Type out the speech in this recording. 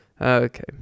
okay